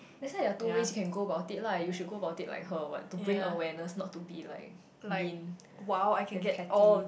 that's why there are two ways you can go about it lah you should go about it like her or what to bring awareness not to be like mean then petty